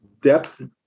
depth